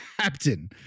captain